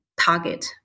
target